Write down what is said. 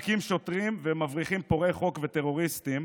מכים שוטרים ומבריחים פורעי חוק וטרוריסטים.